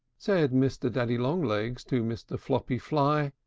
said mr. daddy long-legs to mr. floppy fly,